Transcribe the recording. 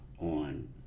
on